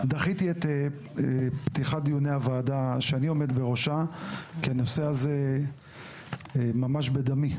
דחיתי את פתיחת דיוני הוועדה שאני עומד בראשה כי הנושא הזה ממש בדמי.